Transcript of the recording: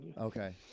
Okay